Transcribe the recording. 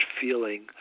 feeling